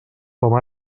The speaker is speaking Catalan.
com